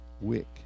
Wick